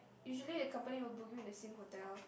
usually the company will book you in the same hotel